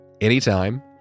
anytime